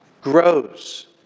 grows